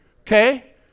okay